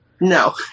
No